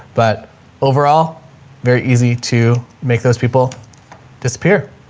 but overall very easy to make those people disappear.